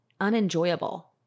unenjoyable